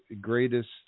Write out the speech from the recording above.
greatest